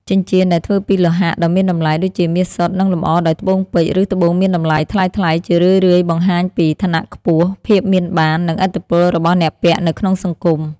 ចិញ្ចៀនដែលធ្វើពីលោហៈដ៏មានតម្លៃ (ដូចជាមាសសុទ្ធ) និងលម្អដោយត្បូងពេជ្រ ឬត្បូងមានតម្លៃថ្លៃៗ ជារឿយៗបង្ហាញពី ឋានៈខ្ពស់ ភាពមានបាន និងឥទ្ធិពលរបស់អ្នកពាក់នៅក្នុងសង្គម។